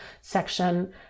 section